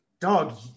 Dog